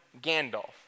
Gandalf